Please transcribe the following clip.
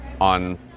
on